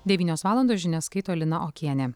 devynios valandos žinias skaito lina okienė